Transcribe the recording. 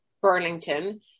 Burlington